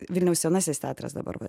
vilniaus senasis teatras dabar